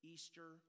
Easter